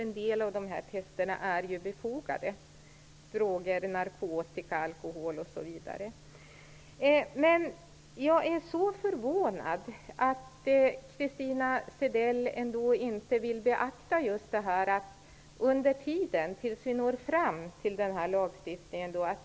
En del av dessa tester är ju befogade. Det gäller droger, narkotika, alkohol osv. Jag är mycket förvånad över att Christina Zedell inte vill beakta möjligheten att inte lämna hela frågan oreglerad tills vi får en lagstiftningen.